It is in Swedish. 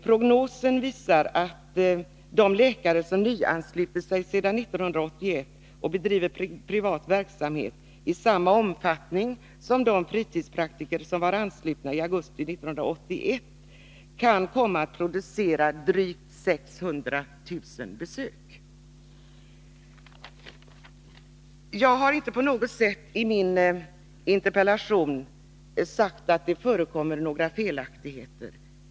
Prognosen visar att de läkare som nyanslutit sig sedan 1981 och bedriver privat verksamhet i samma omfattning som de fritidspraktiker som var anslutna i augusti 1981 kan komma att ta emot drygt 600 000 besök. Jag har inte på något sätt i min interpellation sagt att det förekommer felaktigheter.